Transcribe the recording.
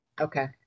Okay